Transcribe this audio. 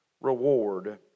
reward